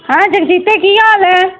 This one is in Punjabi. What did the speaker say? ਹਾਂ ਜਗਜੀਤੇ ਕੀ ਹਾਲ ਹੈ